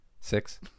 six